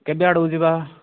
କେବେ ଆଡ଼କୁ ଯିବା